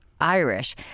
Irish